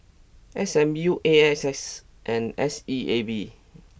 S M U A X S and S E A B